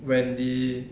wendy